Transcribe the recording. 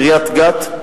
קריית-גת,